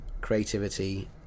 creativity